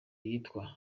yitwa